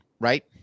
right